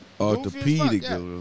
orthopedic